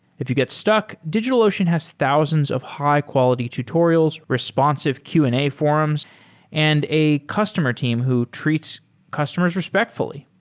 if you get stuck, digitalocean has thousands of high-quality tutorials responsive q and a forums and a customer team who treats customers respectfully.